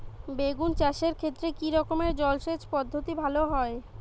বেগুন চাষের ক্ষেত্রে কি রকমের জলসেচ পদ্ধতি ভালো হয়?